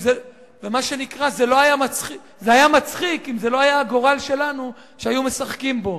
זה היה מצחיק אם זה לא היה הגורל שלנו שמשחקים בו.